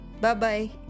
Bye-bye